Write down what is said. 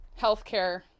healthcare